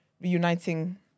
reuniting